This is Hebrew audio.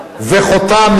ובכן,